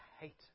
hate